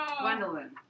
Gwendolyn